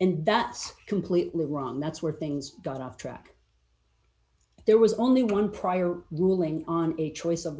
and that's completely wrong that's where things got off track there was only one prior ruling on a choice of